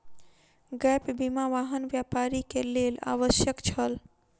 gap बीमा, वाहन व्यापारी के लेल आवश्यक छल